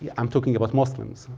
yeah i'm talking about muslims.